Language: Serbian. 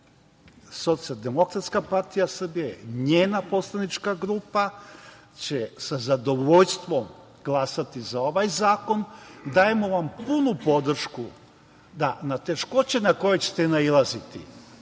Socijaldemokratska partija Srbije, njena poslanička grupa će sa zadovoljstvom glasati za ovaj zakon, dajemo vam punu podršku da na teškoće na koje ćete nailaziti,